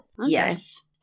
Yes